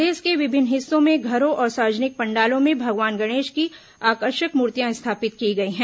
प्रदेश के विभिन्न हिस्सों में घरों और सार्वजनिक पंडालों में भगवान गणेश की आकर्षक मूर्तियां स्थापित की गई हैं